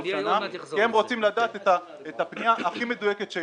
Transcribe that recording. אתה יודע לדאוג לכל הציבור.